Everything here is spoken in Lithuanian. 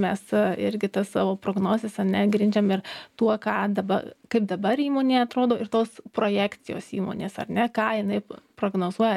mes irgi tas savo prognozes ar ne grindžiam ir tuo ką dabar kaip dabar įmonėje atrodo ir tos projekcijos įmonės ar ne ką jinai prognozuoja